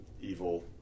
evil